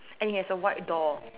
and it has a white door